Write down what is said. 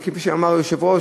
וכפי שאמר היושב-ראש,